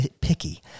picky